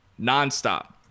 nonstop